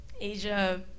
Asia